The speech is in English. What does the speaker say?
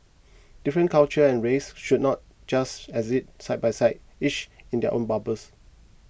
different cultures and races should not just exist side by side each in their own bubbles